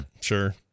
Sure